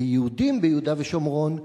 ליהודים ביהודה ושומרון,